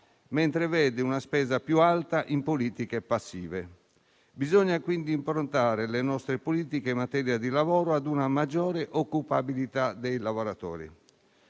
mentre vede una spesa più alta in politiche passive. Bisogna quindi improntare le nostre politiche in materia di lavoro ad una maggiore occupabilità dei lavoratori.